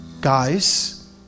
guys